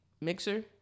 mixer